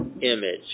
image